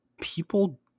people